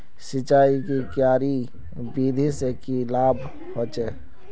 सिंचाईर की क्यारी विधि से की लाभ होचे?